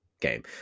game